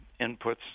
inputs